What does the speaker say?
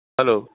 hello